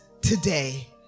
today